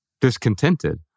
discontented